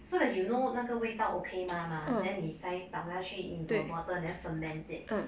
so that you know 那个味道 okay 吗 mah then 你才倒下去 into a bottle and ferment it